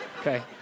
okay